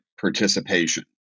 participation